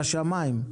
הכפתור של השמיים.